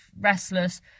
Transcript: restless